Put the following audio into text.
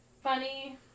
Funny